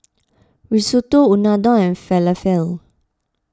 Risotto Unadon and Falafel